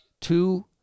two